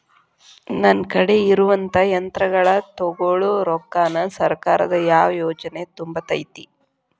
ನನ್ ಕಡೆ ಇರುವಂಥಾ ಯಂತ್ರಗಳ ತೊಗೊಳು ರೊಕ್ಕಾನ್ ಸರ್ಕಾರದ ಯಾವ ಯೋಜನೆ ತುಂಬತೈತಿ?